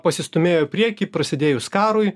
pasistūmėjo į priekį prasidėjus karui